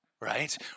right